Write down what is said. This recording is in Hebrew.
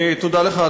תודה לך,